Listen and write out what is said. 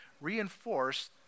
reinforce